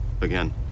again